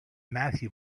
matthew